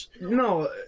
no